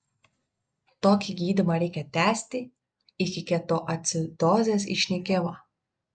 tokį gydymą reikia tęsti iki ketoacidozės išnykimo